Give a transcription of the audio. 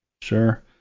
Sure